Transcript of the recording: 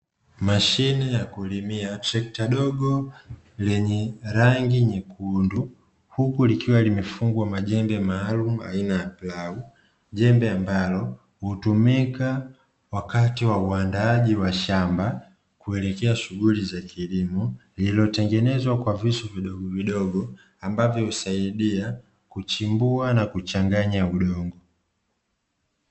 Mashine ya kulimia trekta dogo lenye rangi nyekundu huku likiwa limefungwa majembe maalumu aina ya plau, jembe ambalo hutumika wakati wa uandaaji wa shamba kuelekea shughuli za kilimo lililotengenezwa kwa visu vidogovidogo ambavyo husaidia kuchimbuwa na kuchanganya udongo.